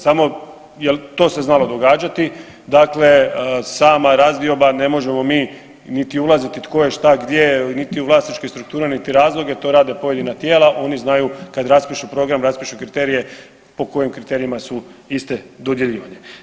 Samo, jel to se znalo događati, dakle sama razdioba ne možemo mi niti ulaziti tko je šta, gdje, niti u vlasničke strukture, niti razloge, to rade pojedina tijela oni znaju kad raspišu program, raspišu kriterije po kojim kriterijima su iste dodjeljivanje.